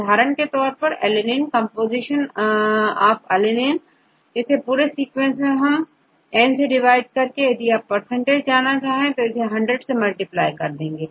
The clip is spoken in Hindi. उदाहरण के तौर पर alanine कंपोजीशन ऑफ अलनीन इस पूरे सीक्वेंस में एन से डिवाइड करने पर आप यदि परसेंटेज जाना चाहे तो हंड्रेड से मल्टिप्लाई कर देते हैं